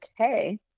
okay